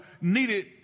needed